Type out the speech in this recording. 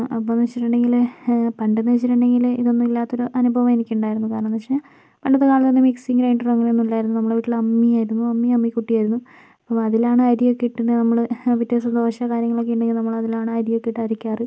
അപ്പോന്ന് വച്ചിട്ടുണ്ടെങ്കില് പണ്ടെന്നു വച്ചിട്ടുണ്ടെങ്കില് ഇതൊന്നും ഇല്ലാത്ത ഒരു അനുഭവം എനിക്കുണ്ടായിരുന്നു കാരണം എന്ന് വച്ചാൽ പണ്ടത്തെ കാലത്ത് തന്നെ മിക്സീയും ഗ്രൈന്ഡറും അങ്ങനെയൊന്നും ഇല്ലായിരുന്നു നമ്മുടെ വീട്ടില് അമ്മിയായിരുന്നു അമ്മിയും അമ്മികുട്ടീം ആയിരുന്നു അപ്പോൾ അതിലാണ് അരിയൊക്കെ ഇട്ടുകൊണ്ട് നമ്മള് പിറ്റേദിവസം ദോശ കാര്യങ്ങളൊക്കെ ഉണ്ടെങ്കിൽ നമ്മള് അതിലാണ് അരിയൊക്കെ ഇട്ട് അരയ്ക്കാറ്